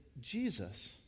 Jesus